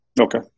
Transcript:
Okay